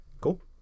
Cool